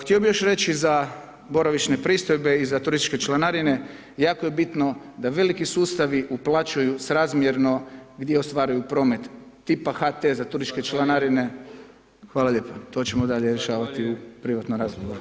Htio bih još reći za boravišne pristojbe i za turističke članarine, jako je bitno da veliki sustavi uplaćuju srazmjerno gdje ostvaruju promet, tipa HT za turističke članarine [[Upadica: Zahvaljujem.]] Hvala lijepa to ćemo dalje rješavati u privatnom razgovoru.